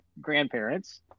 Grandparents